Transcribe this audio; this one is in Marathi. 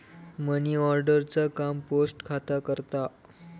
मनीऑर्डर चा काम पोस्ट खाता करता